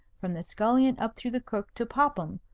from the scullion up through the cook to popham,